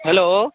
hello